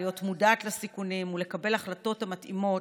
להיות מודעת לסיכונים ולקבל החלטות המתאימות